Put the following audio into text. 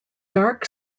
dark